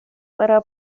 para